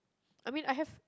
I mean I have